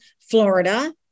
Florida